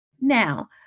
Now